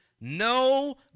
no